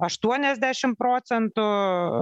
aštuoniasdešim procentų